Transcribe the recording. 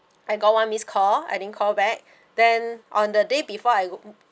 I got one missed call I didn't call back then on the day before I